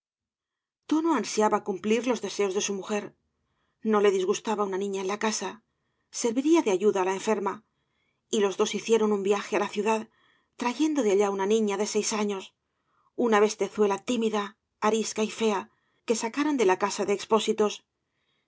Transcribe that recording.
todo ansiaba cumplir los deseos de su mujer no le disgustaba uda niña en la casa serviría de ayuda á la enferma y los des hicieron un viaje á la ciudad traycddo de allá uda niña de seis años una bestezuela tímida arisca y fea que sacaron de la casa de expósitos